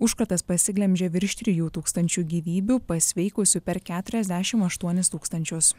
užkratas pasiglemžė virš trijų tūkstančių gyvybių pasveikusių per keturiasdešim aštuonis tūkstančius